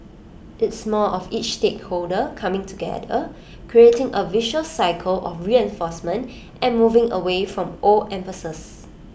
it's more of each stakeholder coming together creating A virtuous cycle of reinforcement and moving away from old emphases